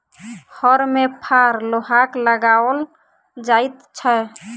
हर मे फार लोहाक लगाओल जाइत छै